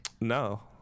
No